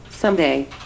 someday